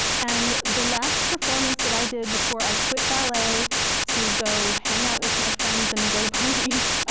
and the last performance that i did before i quit ballet to go hang out with my friends and go to parties,